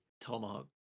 Tomahawk